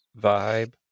vibe